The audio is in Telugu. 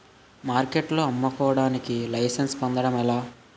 మార్కెట్లో అమ్ముకోడానికి లైసెన్స్ పొందడం ఎలా?